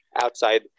outside